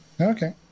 Okay